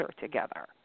together